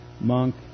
monk